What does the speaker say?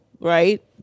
right